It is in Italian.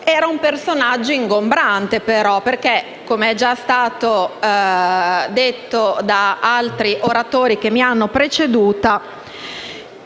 però un personaggio ingombrante, perché - com'è già stato detto da altri oratori che mi hanno preceduta